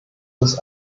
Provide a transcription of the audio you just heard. ist